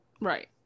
Right